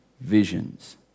visions